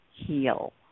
heal